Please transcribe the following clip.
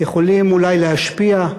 יכולים אולי להשפיע,